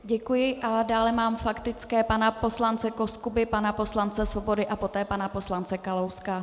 Děkuji a dále mám faktické pana poslance Koskuby, pana poslance Svobody a poté pana poslance Kalouska.